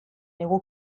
digu